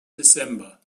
december